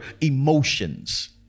emotions